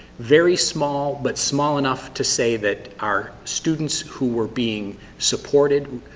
very small but small enough to say that our students who were being supported,